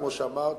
כמו שאמרת,